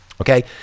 Okay